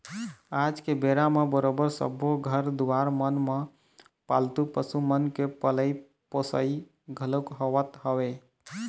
आज के बेरा म बरोबर सब्बो घर दुवार मन म पालतू पशु मन के पलई पोसई घलोक होवत हवय